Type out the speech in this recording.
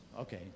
Okay